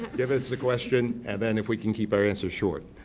give us the question and then if we could keep our answers short.